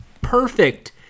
perfect